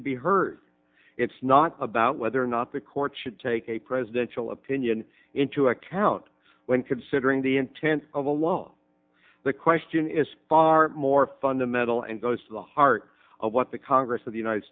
to be heard it's not about whether or not the courts should take a presidential opinion into a account when considering the intent of the law the question is far more fundamental and goes to the heart of what the congress of the united